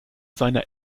seiner